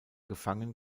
gefangen